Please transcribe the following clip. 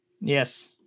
Yes